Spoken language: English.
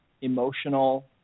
emotional